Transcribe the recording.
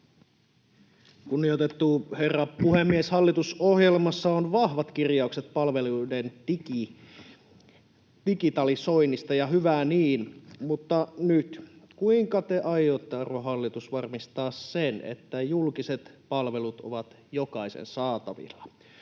Kunnioitettu herra puhemies! Hallitusohjelmassa on vahvat kirjaukset palveluiden digitalisoinnista, ja hyvä niin. Mutta kuinka te nyt aiotte, arvon hallitus, varmistaa sen, että julkiset palvelut ovat jokaisen saatavilla?